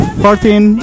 fourteen